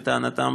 לטענתם,